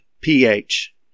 ph